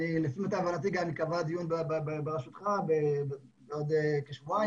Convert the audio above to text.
לפי מיטב הבנתי גם ייקבע דיון בראשותך בעוד כשבועיים.